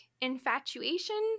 infatuation